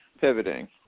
pivoting